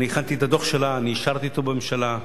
הכנתי את הדוח שלה, אישרתי אותו בממשלה,